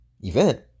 event